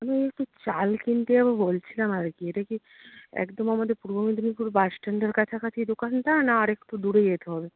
আমি একটু চাল কিনতে যাবো বলছিলাম আর কি এটা কি একদম আমাদের পূর্ব মেদিনীপুর বাস স্ট্যান্ডের কাছাকাছি এই দোকানটা না আর একটু দূরে যেতে হবে